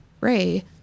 Ray